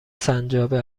سنجابه